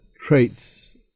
traits